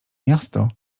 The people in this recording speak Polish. miasto